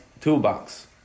toolbox